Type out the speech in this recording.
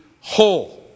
whole